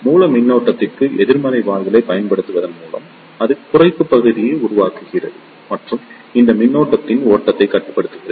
மூல மின்னழுத்தத்திற்கு எதிர்மறை வாயிலைப் பயன்படுத்துவதன் மூலம் அது குறைப்பு பகுதியை உருவாக்குகிறது மற்றும் இது மின்னோட்டத்தின் ஓட்டத்தை கட்டுப்படுத்துகிறது